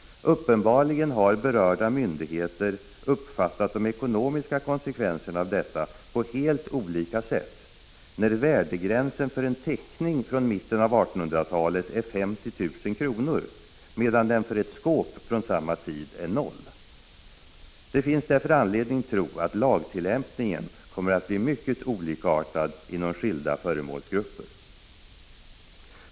Uppenbarligen har berörda myndigheter uppfattat de ekonomiska konsekvenserna av detta på helt olika sätt när värdegränsen för en teckning från mitten av 1800-talet är 50 000 kronor medan den för ett skåp från samma tid är noll. Det finns därför anledning tro att lagtillämpningen kommer att bli mycket olikartad inom 39 skilda föremålsgrupper.